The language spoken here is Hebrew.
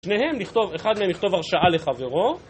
שניהם נכתוב, אחד מהם יכתוב הרשאה לחברו